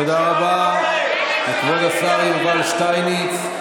תודה רבה לכבוד השר יובל שטייניץ.